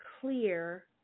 clear